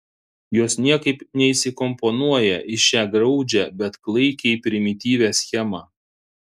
jos niekaip neįsikomponuoja į šią graudžią bet klaikiai primityvią schemą